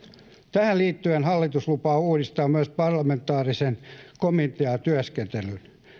tähän liittyen hallitus lupaa uudistaa myös parlamentaarisen komitean työskentelyn